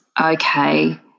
okay